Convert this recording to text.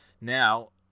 Now